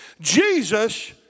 Jesus